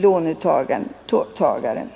låntagaren.